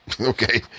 Okay